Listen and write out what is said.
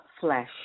flesh